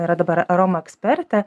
yra dabar aroma ekspertė